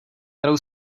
kterou